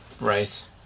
Right